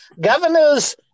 Governors